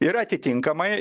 ir atitinkamai